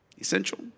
Essential